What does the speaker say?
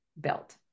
built